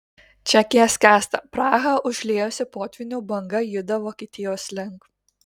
čekija skęsta prahą užliejusi potvynių banga juda vokietijos link